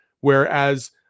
Whereas